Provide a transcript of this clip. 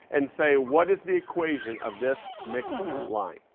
and say what is the equation of this mixed line?